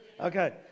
Okay